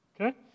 Okay